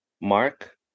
Mark